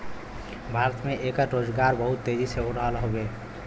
भारत में एकर रोजगार बहुत तेजी हो रहल हउवे